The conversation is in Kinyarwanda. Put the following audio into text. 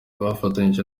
bafatanyije